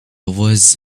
was